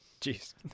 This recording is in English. Jeez